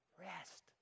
Rest